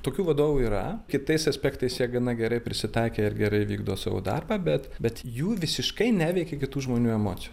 tokių vadovų yra kitais aspektais jie gana gerai prisitaikę ir gerai vykdo savo darbą bet bet jų visiškai neveikia kitų žmonių emocijos